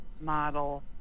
model